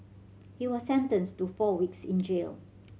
he was sentenced to four weeks in jail